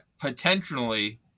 potentially